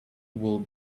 will